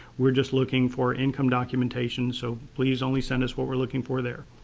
we're just looking for income documentation. so please only send us what we're looking for there.